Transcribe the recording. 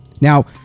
now